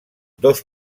dos